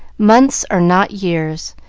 months are not years,